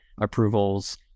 approvals